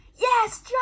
yes